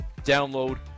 download